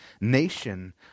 nation